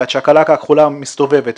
והצ'קלקה הכחולה מסתובבת,